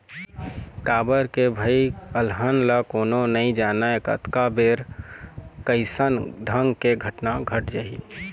काबर के भई अलहन ल कोनो नइ जानय कतका बेर कइसन ढंग के घटना घट जाही